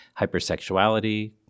hypersexuality